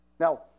Now